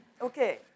Okay